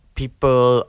people